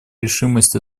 решимость